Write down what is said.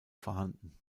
vorhanden